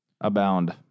abound